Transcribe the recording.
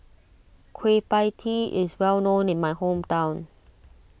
Kueh Pie Tee is well known in my hometown